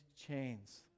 chains